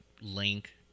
link